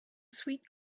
sweet